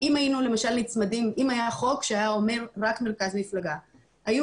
אם היה חוק שהיה אומר רק מרכז מפלגה היו